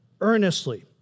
Earnestly